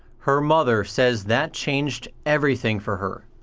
her mother says that changed everything for her.